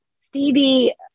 stevie